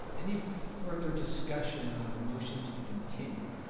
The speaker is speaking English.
any further discussion on the motion to continue?